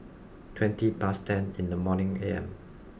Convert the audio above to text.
twenty past ten in the morning A M